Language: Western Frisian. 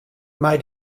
mei